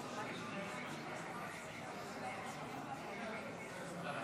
כי הצעת חוק להסדרת הפיקוח על כלבים (תיקון